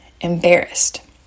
embarrassed